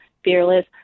Fearless